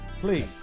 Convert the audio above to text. please